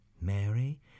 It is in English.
Mary